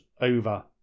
over